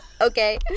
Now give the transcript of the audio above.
Okay